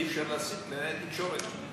אי-אפשר להשיג קלינאי תקשורת.